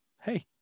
hey